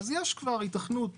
אז יש כבר היתכנות